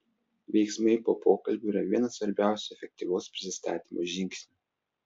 veiksmai po pokalbio yra vienas svarbiausių efektyvaus prisistatymo žingsnių